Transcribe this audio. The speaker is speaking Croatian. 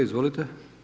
Izvolite.